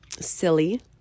silly